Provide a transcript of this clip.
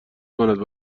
کند